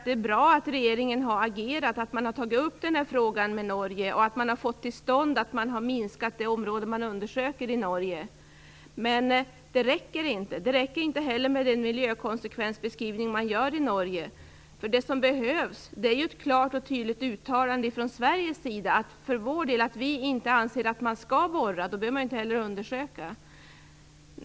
Det är bra att regeringen har agerat och tagit upp den här frågan med Norge, och att den har fått till stånd att det område man undersöker i Norge har minskats. Men det räcker inte. Det räcker inte heller med den miljökonsekvensbeskrivning man gör i Norge. Det som behövs är ett klart och tydligt uttalande från Sveriges sida att vi för vår del inte anser att man skall borra. Då behöver man inte heller undersöka.